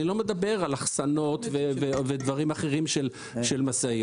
אני לא מדבר על אחסנות ודברים אחרים של משאיות.